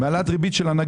עדיף להציל